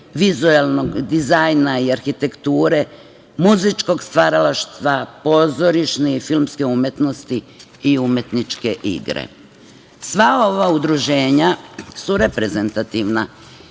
vizuelnog dizajna i arhitekture, muzičkog stvaralaštva, pozorišne i filmske umetnosti i umetničke igre. Sva ova udruženja su reprezentativna